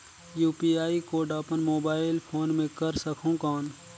UPI code अपन mobile phone मे कर सकहुं कौन?